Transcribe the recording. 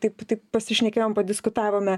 taip taip pasišnekėjom padiskutavome